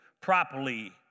properly